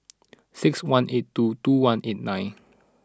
six one eight two two one eight nine